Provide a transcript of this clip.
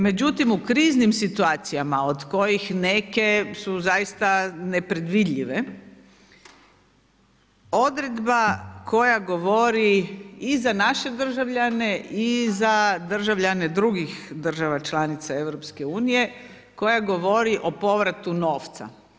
Međutim u kriznim situacijama od kojih neke su zaista neke nepredvidljive odredba koja govori i za naše državljane i za državljane drugih država članica EU koja govori o povratu novca.